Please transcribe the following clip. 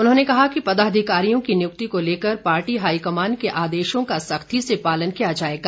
उन्होंने कहा कि पदाधिकारियों की नियुक्ति को लेकर पार्टी हाईकमान के आदेशों का सख्ती से पालन किया जाएगा